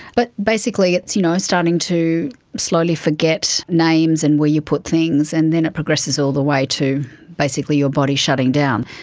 but basically it's you know starting to slowly forget names and where you put things, and then it progresses all the way to basically your body shutting down.